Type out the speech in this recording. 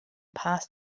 past